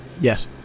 Yes